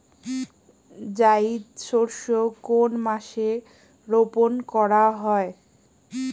জায়িদ শস্য কোন মাসে রোপণ করা হয়?